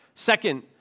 Second